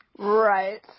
Right